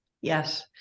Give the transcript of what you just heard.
Yes